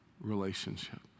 relationship